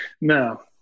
no